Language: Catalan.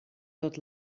tot